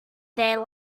there